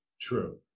true